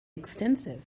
extensive